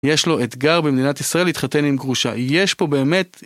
יש לו אתגר במדינת ישראל להתחתן עם גרושה, יש פה באמת...